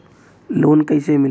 Loan कइसे मिलि?